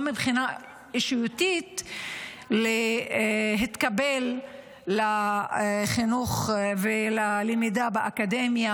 מבחינה אישיותית להתקבל לחינוך וללמידה באקדמיה,